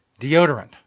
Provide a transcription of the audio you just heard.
deodorant